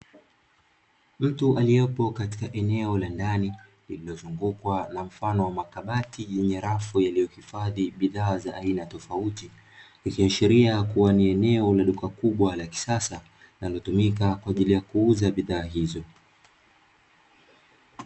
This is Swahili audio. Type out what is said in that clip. Mtu aliyepo katika eneo la ndani, lililozungukwa na mfano wa makabati yenye rafu iliyohifadhi bidhaa za aina tofauti, ikiheshiria kuwa ni eneo la duka kubwa la kisasa linalotumika kwa ajili ya kuuza bidhaa hizo.